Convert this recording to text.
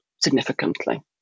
significantly